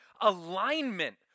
alignment